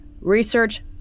research